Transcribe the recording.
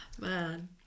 Man